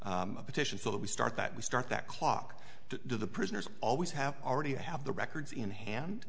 petitions so that we start that we start that clock to the prisoners always have already have the records in hand